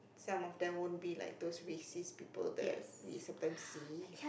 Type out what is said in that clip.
some of them won't be like those racist people that we sometimes see